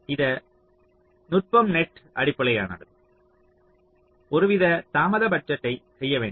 இத நுட்பம் நெட் அடிப்படையிலானது ஒருவித தாமத பட்ஜெட்டை செய்ய வேண்டும்